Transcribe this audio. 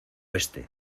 este